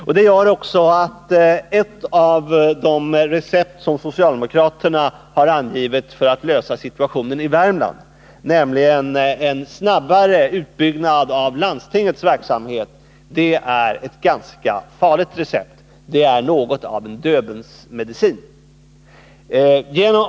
Detta gör att ett av de recept som socialdemokraterna angett för att lösa situationen i Värmland, nämligen en snabbare utbyggnad av landstingets verksamhet, är ett ganska farligt recept — det är något av en Döbelnsmedicin.